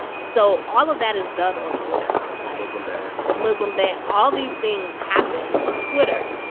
so all of that is done on twitter yep like. muslim ban the muslim ban all these things happen on twitter.